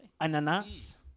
ananas